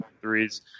three's